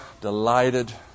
delighted